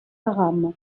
haram